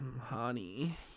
Honey